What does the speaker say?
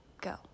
go